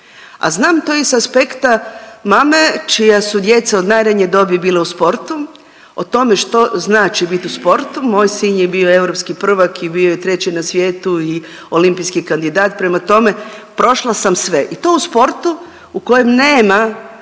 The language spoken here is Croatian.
a znam to i sa aspekta mame čija su djeca od najranije dobi bile u sportu, o tome što znači biti u sportu. Moj sin je bio europski prvak i bio je treći na svijetu i olimpijski kandidat, prema tome prošla sam sve. I to u sportu u kojem nema bez